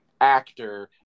actor